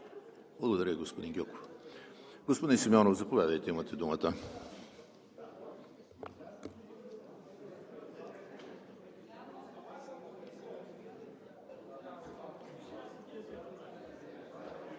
Благодаря, господин Гьоков. Господин Симеонов, заповядайте, имате думата.